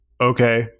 okay